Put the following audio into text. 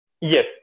Yes